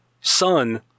sun